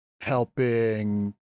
helping